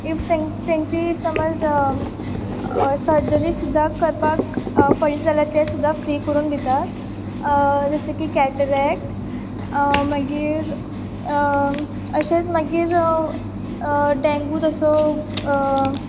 if तांकां तेंची समज सर्जरी सुद्दां करपाक पडली जाल्या ते सुद्दां फ्री करून दिता जशें की कॅटरेक्ट मागीर तशेंच मागीर डेंगूज आसूं